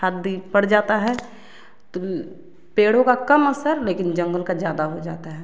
खाद दी पड़ जाता हैं तो पेड़ों का कम असर लेकिन जंगल का ज़्यादा हो जाता हैं